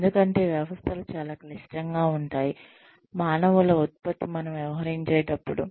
ఎందుకంటే వ్యవస్థలు చాలా క్లిష్టంగా ఉంటాయి మానవుల ఉత్పత్తి మనం వ్యవహరించేటప్పుడు